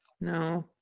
No